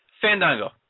Fandango